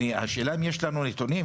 השאלה אם יש לנו נתונים,